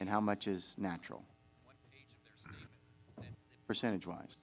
and how much is natural percentage wise